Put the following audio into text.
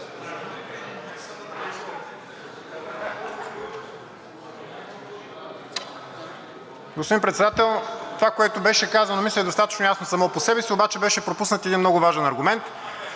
Господин Председател, това, което беше казано, мисля, е достатъчно ясно само по себе си, обаче беше пропуснат един много важен аргумент